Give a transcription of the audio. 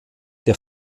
der